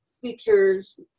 features